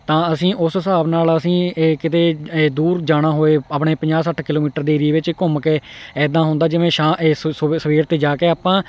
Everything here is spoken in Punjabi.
ਤਾਂ ਅਸੀਂ ਉਸ ਹਿਸਾਬ ਨਾਲ ਅਸੀਂ ਇਹ ਕਿਤੇ ਇਹ ਦੂਰ ਜਾਣਾ ਹੋਵੇ ਆਪਣੇ ਪੰਜਾਹ ਸੱਠ ਕਿਲੋਮੀਟਰ ਦੇ ਏਰੀਏ ਵਿੱਚ ਘੁੰਮ ਕੇ ਇੱਦਾਂ ਹੁੰਦਾ ਜਿਵੇਂ ਸ਼ਾ ਇਹ ਸੁ ਸੁਬਹ ਸਵੇਰ ਤੋਂ ਜਾ ਕੇ ਆਪਾਂ